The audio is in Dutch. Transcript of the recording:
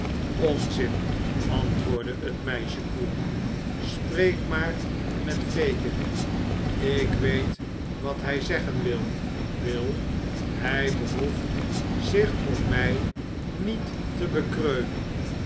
onzin antwoordde het meisje koel spreek maar met fagin ik weet wat hij zeggen wil bill hij behoeft zich om mij niet te bekreunen